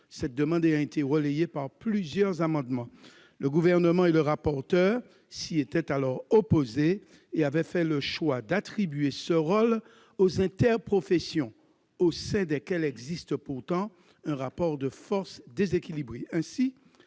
cette demande avait été relayée par le biais de plusieurs amendements. Le Gouvernement et le rapporteur s'y étaient opposés et avaient fait le choix d'attribuer ce rôle aux interprofessions, au sein desquelles existe pourtant un rapport de force déséquilibré.